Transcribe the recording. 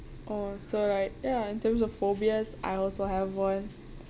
or so like ya in terms of phobias I also have one